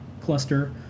cluster